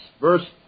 Verse